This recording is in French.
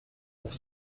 pour